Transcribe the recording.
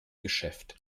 geschäft